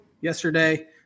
yesterday